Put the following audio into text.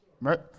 Right